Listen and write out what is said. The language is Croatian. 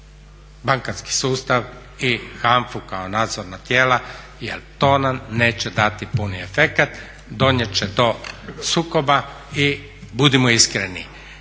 bankarski sustav i HANFA-u kao nadzorna tijela jel to nam neće dati puni efekat, donijet će to sukoba. I budimo iskreni